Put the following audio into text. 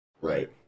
Right